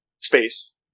space